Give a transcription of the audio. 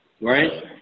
Right